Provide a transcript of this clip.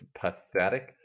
pathetic